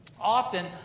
Often